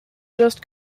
just